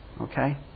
Okay